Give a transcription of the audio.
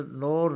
no